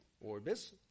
Orbis